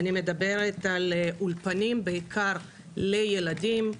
אני מדברת על אולפנים, בעיקר לילדים.